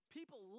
People